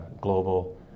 global